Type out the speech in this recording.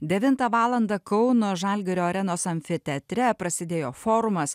devintą valandą kauno žalgirio arenos amfiteatre prasidėjo forumas